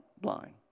blind